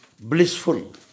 blissful